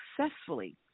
successfully